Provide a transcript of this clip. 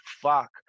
fuck